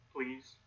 Please